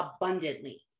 abundantly